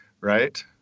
Right